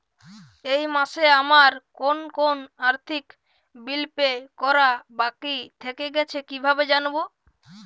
এই মাসে আমার কোন কোন আর্থিক বিল পে করা বাকী থেকে গেছে কীভাবে জানব?